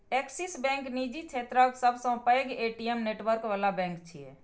Axis bank निजी क्षेत्रक सबसं पैघ ए.टी.एम नेटवर्क बला बैंक छियै